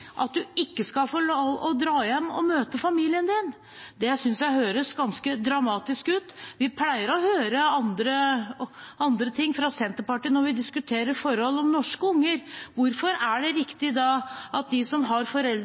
at de ikke skal få lov å dra hjem og møte familien sin? Det synes jeg høres ganske dramatisk ut. Vi pleier å høre andre ting fra Senterpartiet